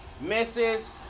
misses